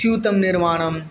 स्यूतनिर्माणं